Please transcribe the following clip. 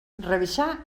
revisar